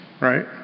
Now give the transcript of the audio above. right